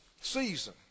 season